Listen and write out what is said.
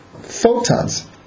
photons